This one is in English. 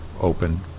open